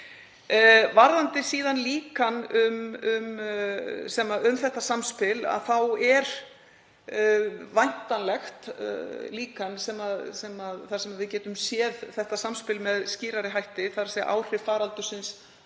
Varðandi líkan um þetta samspil þá er væntanlegt líkan þar sem við getum séð þetta samspil með skýrari hætti, þ.e. áhrif faraldursins